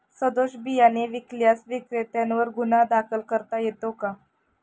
सदोष बियाणे विकल्यास विक्रेत्यांवर गुन्हा दाखल करता येतो का?